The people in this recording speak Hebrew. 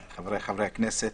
חבריי חברי הכנסת,